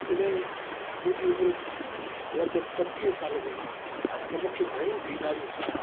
जॾहिं मुंहिंजी उमिरि लॻभॻि पंटीह साल हुई त मूंखे घणियूं बीमारियूं हुइयूं